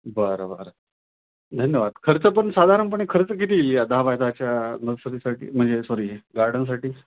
बरं बरं धन्यवाद खर्चपण साधारणपणे खर्च किती येईल या दहा बाय दहाच्या नर्सरीसाठी म्हणजे सॉरी गार्डनसाठी